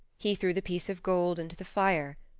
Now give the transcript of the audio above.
he threw the piece of gold into the fire.